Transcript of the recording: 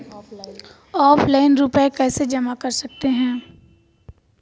Offline रुपये कैसे जमा कर सकते हैं?